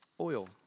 oil